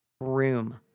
room